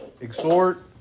exhort